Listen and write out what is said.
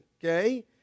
okay